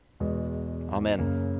Amen